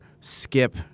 Skip